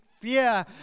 fear